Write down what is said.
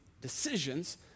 decisions